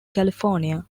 california